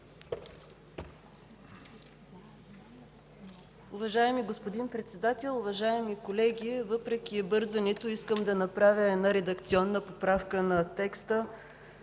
Уважаеми господин Председател, уважаеми колеги, въпреки бързането, искам да направя редакционна поправка на текста: